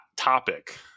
Topic